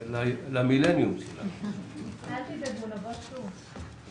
הישיבה ננעלה בשעה 10:40.